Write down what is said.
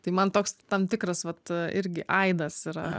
tai man toks tam tikras vat irgi aidas yra